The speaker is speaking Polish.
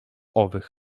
owych